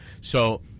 So-